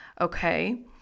Okay